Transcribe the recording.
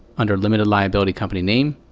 under limited liability company name,